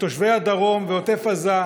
שתושבי הדרום ועוטף עזה,